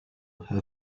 her